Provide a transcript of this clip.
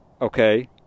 okay